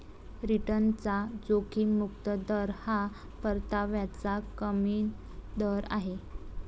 रिटर्नचा जोखीम मुक्त दर हा परताव्याचा किमान दर आहे